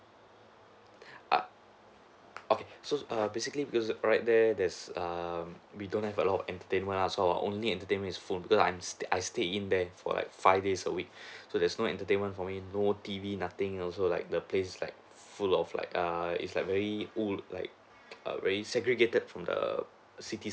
uh okay so err basically because right there there's um we don't have a lot of entertainment lah so our only entertainment is phone becuase I'm stay I stay in there for like five days a week so there's no entertainment for me no T_V nothing also like the place is like full of like err is like very old like a very segregated from the city